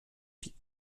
die